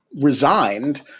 resigned